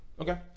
Okay